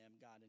God